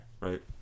Right